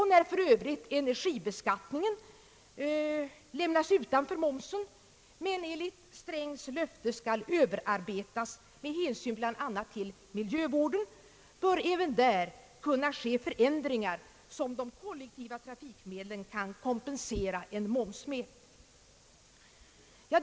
När för övrigt energibeskattningen lämnas utanför momsen, men enligt herr Strängs löfte skall överarbetas med hänsyn till miljövården, bör även där kunna ske förändringar som de kollektiva trafikmedlen kan kompensera en moms med.